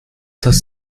dass